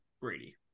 Brady